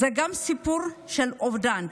זה גם סיפור של על אובדן,